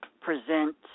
present